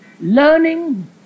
Learning